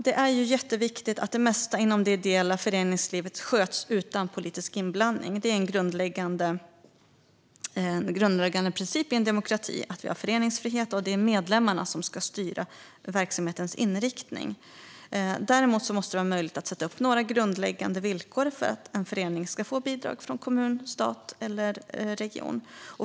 Det är jätteviktigt att det mesta inom det ideella föreningslivet sköts utan politisk inblandning. Det är en grundläggande princip i en demokrati att vi har föreningsfrihet och att det är medlemmarna som styr verksamhetens inriktning. Däremot måste det vara möjligt att sätta upp några grundläggande villkor för att en förening ska få bidrag från kommun, stat eller region.